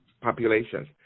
populations